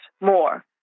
more